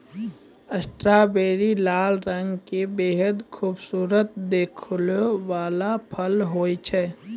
strawberry लाल रंग के बेहद खूबसूरत दिखै वाला फल होय छै